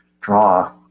draw